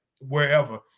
wherever